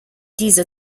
diese